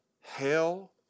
Hell